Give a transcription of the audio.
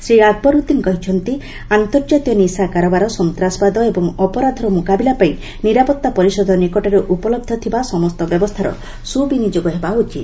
Shri Akbaruddin କହିଛନ୍ତି ଆନ୍ତର୍ଜାତୀୟ ନିଶା କାରବାର ସନ୍ତାସବାଦ ଏବଂ ଅପରାଧର ମୁକାବିଲାପାଇଁ ନିରାପତ୍ତା ପରିଷଦ ନିକଟରେ ଉପଲହ୍ଧ ଥିବା ସମସ୍ତ ବ୍ୟବସ୍ଥାର ସୁବିନିଯୋଗ ହେବା ଉଚିତ